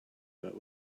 but